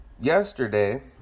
yesterday